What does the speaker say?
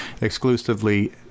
exclusively